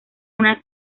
una